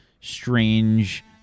strange